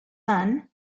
son